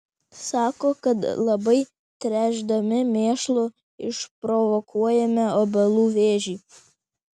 sako kad labai tręšdami mėšlu išprovokuojame obelų vėžį